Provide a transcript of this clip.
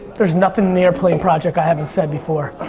there's nothing in the airplane project i haven't said before.